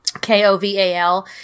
K-O-V-A-L